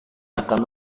akan